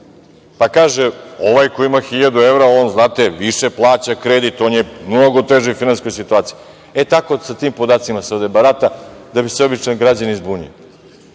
Pa kaže, ovaj ko ima 1.000 evra, on, znate, više plaća kredit, on je u mnogo težoj finansijskoj situaciji.E, tako, sa tim podacima se ovde barata, da bi se obični građanin